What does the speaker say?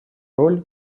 роль